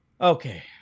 Okay